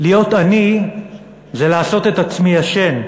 "להיות עני זה לעשות את עצמי ישן,